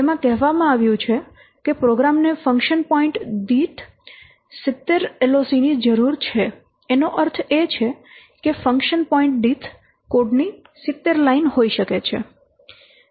તેમાં કહેવામાં આવ્યું છે કે પ્રોગ્રામને ફંક્શન પોઇન્ટ દીઠ 70 LOC ની જરૂર છે એનો અર્થ એ કે ફંક્શન પોઇન્ટ દીઠ કોડની 70 લાઇન હોઈ શકે છે